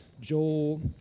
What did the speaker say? Joel